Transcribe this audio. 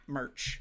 merch